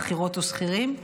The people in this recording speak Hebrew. שכירות או שכירים,